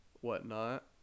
whatnot